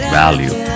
value